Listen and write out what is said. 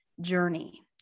journey